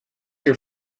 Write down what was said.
your